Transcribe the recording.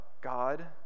God